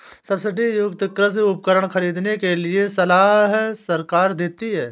subsidy युक्त कृषि उपकरण खरीदने के लिए सलाह सरकार देती है